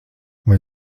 vai